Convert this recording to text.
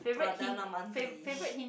perdana menteri